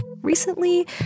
Recently